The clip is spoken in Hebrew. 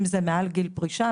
אם זה מעל גיל פרישה,